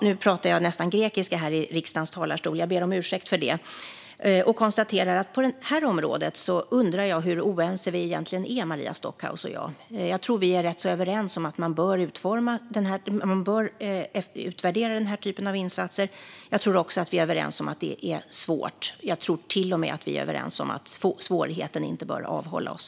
Nu talar jag nästan grekiska här i riksdagens talarstol - jag ber om ursäkt för det och konstaterar att jag undrar hur oense Maria Stockhaus och jag egentligen är på det här området. Jag tror att vi är rätt överens om att man bör utvärdera denna typ av insatser, och jag tror att vi också är överens om att det är svårt. Jag tror till och med att vi är överens om att svårigheten inte bör avhålla oss.